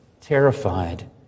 terrified